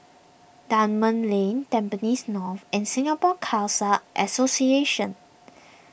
Dunman Lane Tampines North and Singapore Khalsa Association